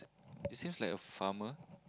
it seems like a farmer